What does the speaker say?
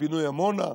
לפינוי עמונה?